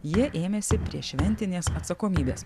jie ėmėsi prieššventinės atsakomybės